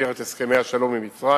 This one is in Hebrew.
במסגרת הסכמי השלום עם מצרים,